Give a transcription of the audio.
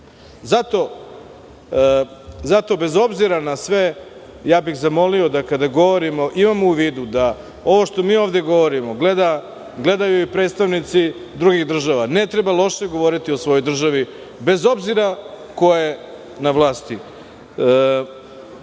bez obzira na sve, zamolio bih da kada govorimo, imamo u vidu da ovo što mi ovde govorimo gledaju i predstavnici drugih država. Ne treba loše govoriti o svojoj državi, bez obzira ko je na vlasti. Moram